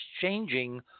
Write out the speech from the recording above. changing